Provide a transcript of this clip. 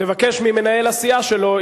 תבקש ממנהלת הסיעה שלו,